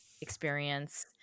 experience